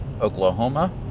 Oklahoma